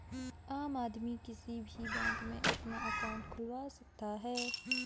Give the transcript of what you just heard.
आम आदमी किसी भी बैंक में अपना अंकाउट खुलवा सकता है